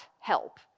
help